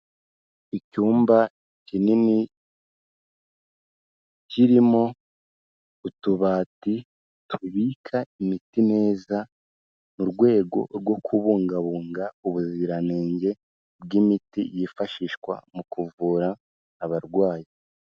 Icyumba kinini, kirimo utubati tubika imiti neza, mu rwego rwo kubungabunga ubuziranenge bw'imiti yifashishwa mu kuvura abarwayi.